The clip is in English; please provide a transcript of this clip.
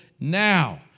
now